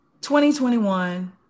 2021